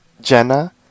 Jenna